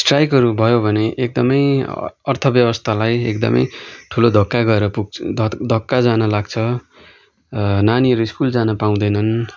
स्ट्रयाकहरू भयो भने एकदमै अर्थ व्यवस्थालाई एकदमै ठुलो धक्का गएर पुग्छ धक्का जाने लाग्छ नानीहरू स्कुल जान पाउँदैनन्